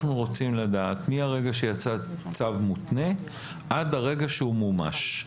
אנחנו רוצים לדעת מהרגע שיצא צו מותנה עד הרגע שהוא מומש.